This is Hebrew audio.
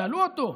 שאלו אותו: